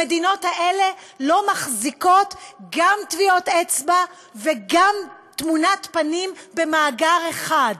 המדינות האלה לא מחזיקות גם טביעות אצבע וגם תמונת פנים במאגר אחד.